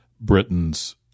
Britain's